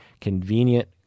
convenient